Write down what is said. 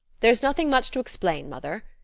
there's nothing much to explain, mother,